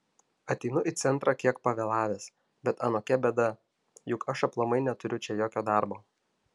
ateinu į centrą kiek pavėlavęs bet anokia bėda juk aš aplamai neturiu čia jokio darbo